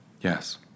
Yes